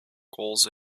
goals